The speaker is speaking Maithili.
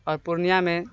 आओर पूर्णियाँमे